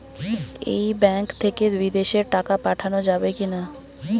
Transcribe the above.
এই ব্যাঙ্ক থেকে বিদেশে টাকা পাঠানো যাবে কিনা?